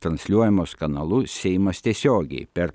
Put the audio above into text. transliuojamos kanalu seimas tiesiogiai per